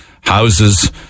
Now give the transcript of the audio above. houses